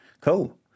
cool